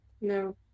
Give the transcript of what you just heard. No